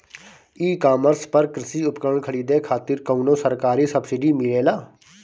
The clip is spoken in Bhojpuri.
ई कॉमर्स पर कृषी उपकरण खरीदे खातिर कउनो सरकारी सब्सीडी मिलेला?